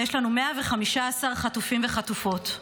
ויש לנו 115 חטופים וחטופות.